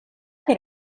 per